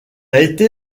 été